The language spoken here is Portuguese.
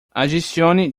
adicione